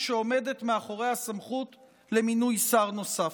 שעומדת מאחורי הסמכות למינוי שר נוסף.